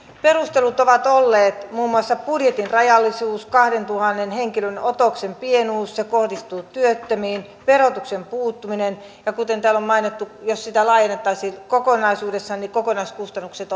perustelut ovat olleet muun muassa budjetin rajallisuus kahdentuhannen henkilön otoksen pienuus joka kohdistuu työttömiin verotuksen puuttuminen ja kuten täällä on mainittu jos sitä laajennettaisiin kokonaisuudessaan niin kokonaiskustannukset